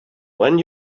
when